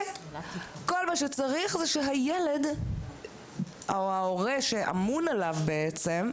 כל מה שצריך זה שהילד או ההורה שאמון עליו ירצה את